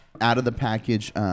out-of-the-package